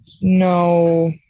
no